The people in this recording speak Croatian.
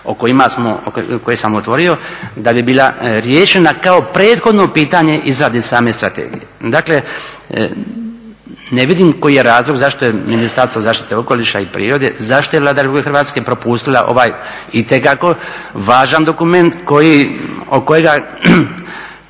koje sam otvorio da bi bila riješena kao prethodno pitanje izrade same strategije. Dakle, ne vidim koji je razlog, zašto je Ministarstvo zaštite okoliša i prirode, zašto je Vlada RH propustila ovaj itekako važan dokument koji,